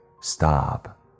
Stop